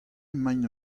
emaint